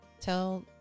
Tell